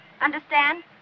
Understand